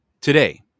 Today